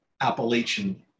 Appalachian